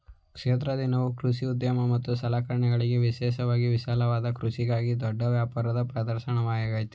ಕ್ಷೇತ್ರ ದಿನವು ಕೃಷಿ ಉದ್ಯಮ ಮತ್ತು ಸಲಕರಣೆಗಳಿಗೆ ವಿಶೇಷವಾಗಿ ವಿಶಾಲವಾದ ಕೃಷಿಗಾಗಿ ದೊಡ್ಡ ವ್ಯಾಪಾರದ ಪ್ರದರ್ಶನವಾಗಯ್ತೆ